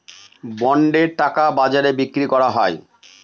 বন্ডের টাকা বাজারে বিক্রি করা হয়